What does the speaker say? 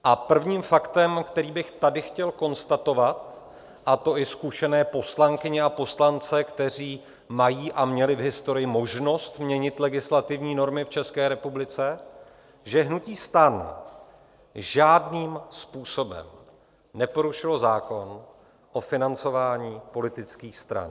A prvním faktem, který bych tady chtěl konstatovat, a to i zkušené poslankyně a poslance, kteří mají a měli v historii možnost měnit legislativní normy v České republice, že hnutí STAN žádným způsobem neporušilo zákon o financování politických stran.